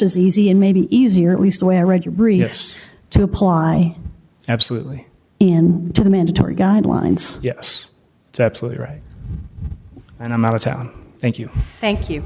as easy and maybe easier at least the way i read your brief us to apply absolutely and to the mandatory guidelines yes it's absolutely right and i'm out of town thank you thank you